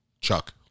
Chuck